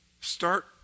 start